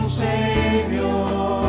savior